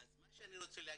מה שאני רוצה להגיד,